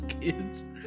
kids